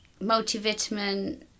multivitamin